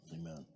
Amen